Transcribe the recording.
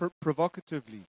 provocatively